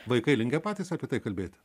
vaikai linkę patys apie tai kalbėt